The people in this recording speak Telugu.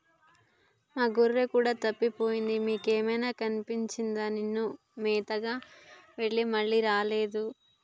మా గొర్రె కూడా తప్పిపోయింది మీకేమైనా కనిపించిందా నిన్న మేతగాని వెళ్లి మళ్లీ రాలేదు